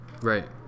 right